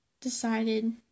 decided